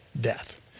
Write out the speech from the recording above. death